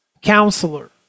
counselor